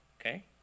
Okay